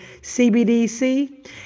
CBDC